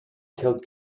killed